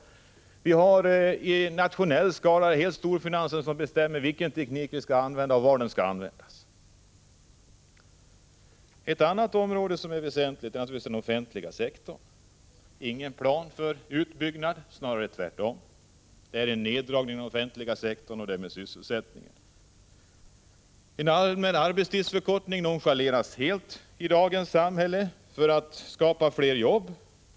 Och på nationell skala har vi storfinansen som bestämmer vilken teknik vi skall använda och var den skall användas. Ett annat väsentligt område är naturligtvis den offentliga sektorn. Där finns ingen plan för utbyggnad, snarare tvärtom — man drar ner den offentliga sektorn och därmed sysselsättningen. Förslag om allmän arbetstidsförkortning för att skapa fler jobb i dagens samhälle nonchaleras helt.